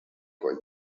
کنی